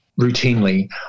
routinely